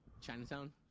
Chinatown